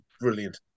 brilliant